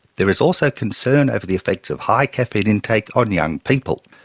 there is also concern over the effects of high caffeine intake on young people.